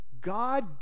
god